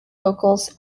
vocals